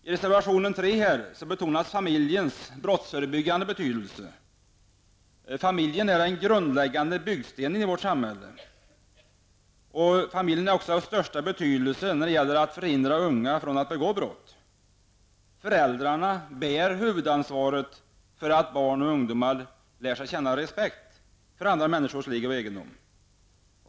I reservation 3 betonas familjens brottsförebyggande betydelse. Familjen är den grundläggande byggstenen i vårt samhälle. Familjen är också av största betydelse för att förhindra unga från att begå brott. Föräldrarna bär huvudansvaret för att barn och ungdomar lär sig känna respekt för andra människors liv och egendom.